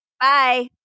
Bye